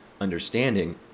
understanding